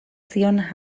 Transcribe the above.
zion